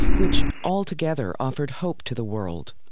which all together offered hope to the world.